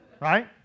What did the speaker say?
right